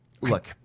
look